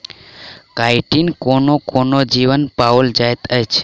chitin कोनो कोनो जीवमे पाओल जाइत अछि